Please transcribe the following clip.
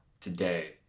today